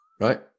Right